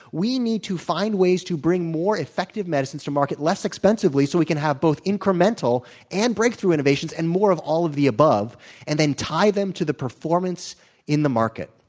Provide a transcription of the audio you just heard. we need to find ways to bring more effective medicines to market less expensively so we can have both incremental and breakthrough innovations and more of all of the above and then tie them to the performance in the market.